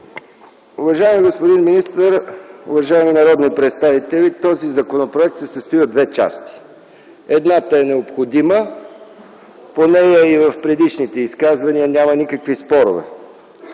Уважаеми господин министър, уважаеми дами и господа народни представители! Този законопроект се състои от две части. Едната е необходима. По нея и в предишните изказвания няма никакви спорове.